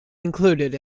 included